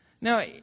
Now